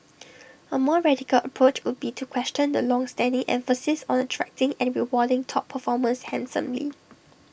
A more radical approach would be to question the longstanding emphasis on the attracting and rewarding top performers handsomely